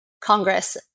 Congress